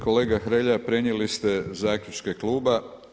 Kolega Hrelja prenijeli ste zaključke kluba.